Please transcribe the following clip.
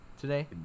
today